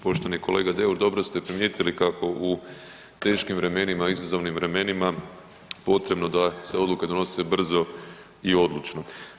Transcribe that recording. Poštovani kolega Deur dobro ste primijetili kako u teškim vremenima, izazovnim vremenima potrebno da se odluke donose brzo i odlučno.